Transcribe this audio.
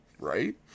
right